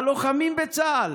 הלוחמים בצה"ל.